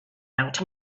out